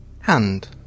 Hand